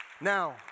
Now